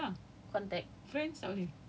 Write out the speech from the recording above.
but ya and then I got B for that